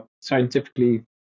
scientifically